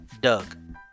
Doug